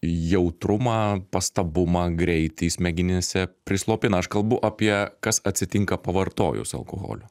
jautrumą pastabumą greitį smegenyse prislopina aš kalbu apie kas atsitinka pavartojus alkoholio